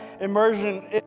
immersion